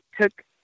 took